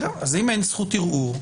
אין זכות ערעור,